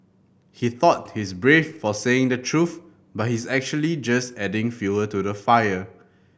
he thought he's brave for saying the truth but he's actually just adding fuel to the fire